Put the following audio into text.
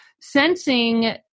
sensing